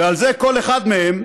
ועל זה כל אחד מהם,